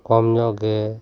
ᱠᱚᱢ ᱧᱚᱜ ᱜᱮ